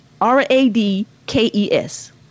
R-A-D-K-E-S